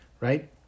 right